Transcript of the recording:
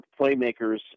playmakers